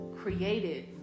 created